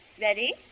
Ready